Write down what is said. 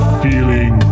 feeling